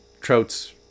Trout's